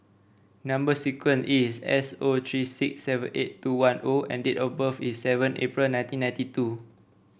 number sequence is S O three six seven eight two one O and date of birth is seven April nineteen ninety two